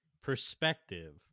perspective